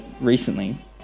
recently